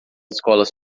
escolas